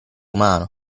umano